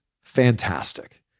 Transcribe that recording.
fantastic